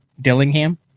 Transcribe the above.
Dillingham